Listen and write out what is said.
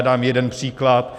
Dám jeden příklad.